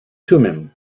thummim